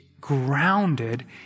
grounded